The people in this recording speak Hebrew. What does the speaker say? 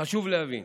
חשוב להבין: